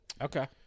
okay